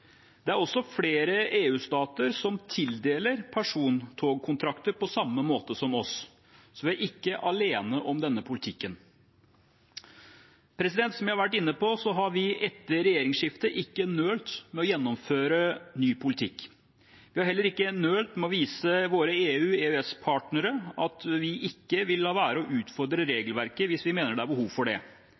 Det er også flere EU-stater som tildeler persontogkontrakter på samme måte som oss, så vi er ikke alene om denne politikken. Som jeg har vært inne på, har vi etter regjeringsskiftet ikke nølt med å gjennomføre ny politikk. Vi har heller ikke nølt med å vise våre EU/EØS-partnere at vi ikke vil la være å utfordre regelverket hvis vi mener det er behov for det.